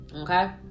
okay